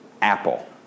apple